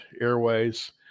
Airways